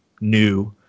new